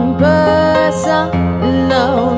personal